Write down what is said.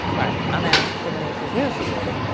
alright, i'm alex, fitment industries. we'll see you later.